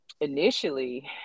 Initially